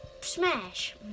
Smash